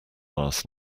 last